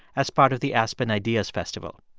as part of the aspen ideas festival.